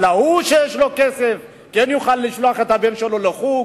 אבל ההוא שיש לו כסף כן יוכל לשלוח את הבן שלו לחוג,